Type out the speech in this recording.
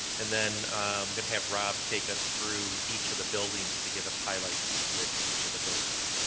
and then i'm gonna have rob take us through each of the buildings to give us highlights with each of the buildings.